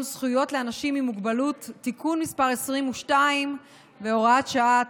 זכויות לאנשים עם מוגבלות (תיקון מס' 22 והוראת שעה),